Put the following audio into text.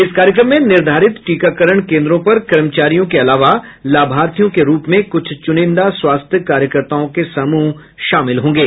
इस कार्यक्रम में निर्धारित टीकाकरण केंद्रों पर कर्मचारियों के अलावा लाभार्थियों के रूप में कुछ चुनिंदा स्वास्थ्य कार्यकर्ताओं के समूह शामिल होंगे